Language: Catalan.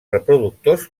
reproductors